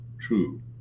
true